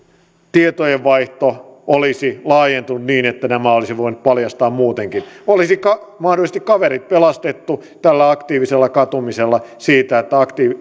tietojenvaihto olisi laajentunut niin että nämä olisi voinut paljastaa muutenkin olisi mahdollisesti kaverit pelastettu tällä aktiivisella katumisella siitä että